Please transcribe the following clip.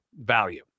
value